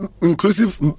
inclusive